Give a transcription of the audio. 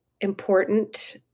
important